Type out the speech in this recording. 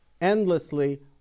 endlessly